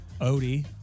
Odie